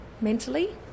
mentally